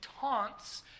taunts